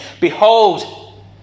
Behold